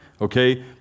Okay